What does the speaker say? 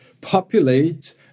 populate